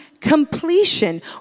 completion